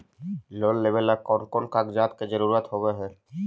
Loan लेबे ला कौन कौन कागजात के जरुरत होबे है?